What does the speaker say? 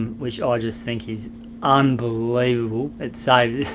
and which ah just think is unbelievable, it saves